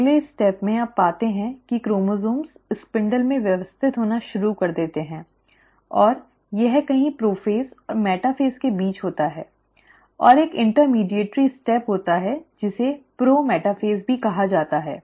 अगले चरण में आप पाते हैं कि क्रोमोसोम्स स्पिंडल में व्यवस्थित होना शुरू कर देते हैं और यह कहीं प्रोफ़ेज़ और मेटाफ़ेज़ के बीच होता है और एक मध्यस्थ कदम होता है जिसे प्रो मेटाफ़ेज़ भी कहा जाता है